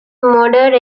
moderate